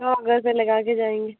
हाँ घर पे लगाके जाएँगे